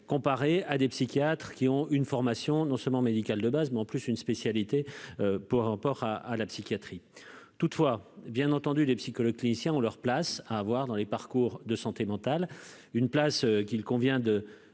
comparer à des psychiatres qui ont une formation non seulement médicale de base, mais en plus, une spécialité pour rapport à à la psychiatrie, toutefois, bien entendu, des psychologues cliniciens ont leur. Place à avoir dans les parcours de santé mentale, une place qu'il convient de